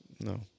No